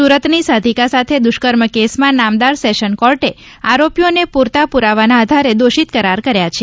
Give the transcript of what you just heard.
સુરત ની સાધિકા સાથે દુષ્કર્મ કેસ માં નામદાર સેશન કોર્ટે આરોપીઓને પૂરતા પુરાવાના આધારે દોષિત કરાર કર્યા છે